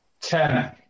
Ten